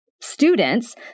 students